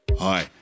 Hi